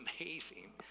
amazing